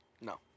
No